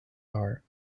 are